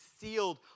sealed